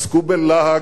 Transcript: עסקו בלהג,